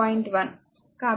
1